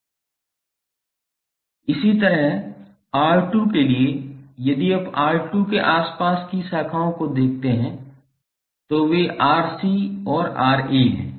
इसी तरह R2 के लिए यदि आप R2 के आस पास की शाखाओं को देखते हैं तो वे Rc और Ra हैं